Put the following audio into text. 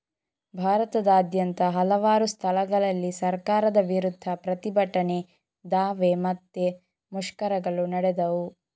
ಭಾರತದಾದ್ಯಂತ ಹಲವಾರು ಸ್ಥಳಗಳಲ್ಲಿ ಸರ್ಕಾರದ ವಿರುದ್ಧ ಪ್ರತಿಭಟನೆ, ದಾವೆ ಮತ್ತೆ ಮುಷ್ಕರಗಳು ನಡೆದವು